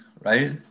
right